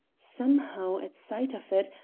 somehow, at sight of it,